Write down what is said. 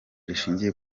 rishingiye